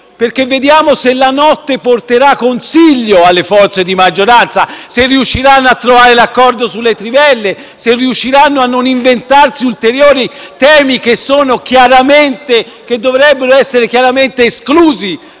per vedere se la notte porterà consiglio alle forze di maggioranza, se riusciranno a trovare l'accordo sulle trivelle e a non inventarsi ulteriori temi che dovrebbero essere chiaramente esclusi